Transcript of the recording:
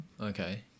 Okay